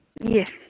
Yes